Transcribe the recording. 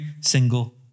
single